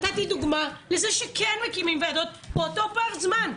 נתתי דוגמה לזה שכן מקימים ועדות, באותו פרק זמן.